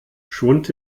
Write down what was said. schwund